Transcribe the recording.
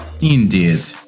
Indeed